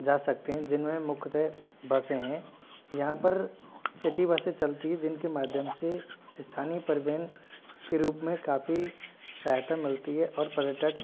जा सकते हैं जिनमे मुख्यतः बसें हैं यहाँ पर सिटी बसें चलती है जिनके माध्यम से स्थानीय परिवहन के रूप में काफ़ी सहायता मिलती है और पर्यटक